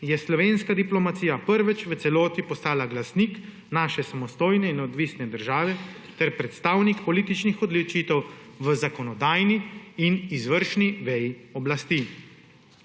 je slovenska diplomacija prvič v celoti postala glasnik naše samostojne in neodvisne države ter predstavnik političnih odločitev v zakonodajni in izvršni veji oblasti.